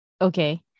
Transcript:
Okay